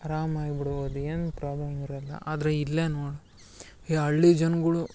ಅರಾಮಾಗಿ ಬಿಡ್ಬೋದು ಏನು ಪ್ರಾಬ್ಲಮ್ ಇರಲ್ಲ ಆದರೆ ಇಲ್ಲೆ ನೋಡಿ ಈ ಹಳ್ಳಿ ಜನ್ಗುಳು